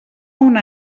una